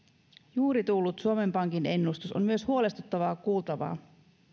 juuri tullut suomen pankin ennustus on myös huolestuttavaa kuultavaa